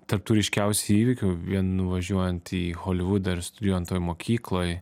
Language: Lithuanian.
tarp tų ryškiausių įvykių vien nuvažiuojant į holivudą ir studijuojant toj mokykloj